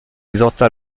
exhorta